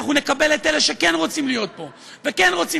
אנחנו נקבל את אלה שכן רוצים להיות פה וכן רוצים